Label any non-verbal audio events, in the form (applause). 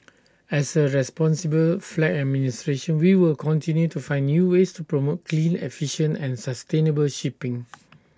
as A responsible flag administration we will continue to find new ways to promote (noise) clean efficient and sustainable shipping